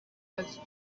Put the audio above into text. was